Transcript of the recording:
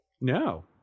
No